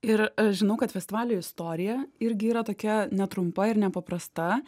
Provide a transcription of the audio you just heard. ir žinau kad festivalio istorija irgi yra tokia netrumpa ir nepaprasta